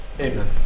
amen